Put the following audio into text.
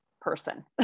person